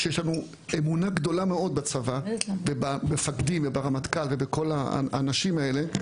שיש לנו אמונה גדולה מאוד בצבא ובמפקדים וברמטכ"ל ובכל האנשים אלה.